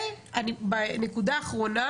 והנקודה האחרונה,